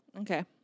Okay